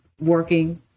working